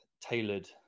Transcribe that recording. tailored